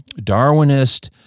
Darwinist